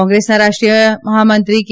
કોંગ્રેસના રાષ્ટ્રીયમ હામંત્રી કે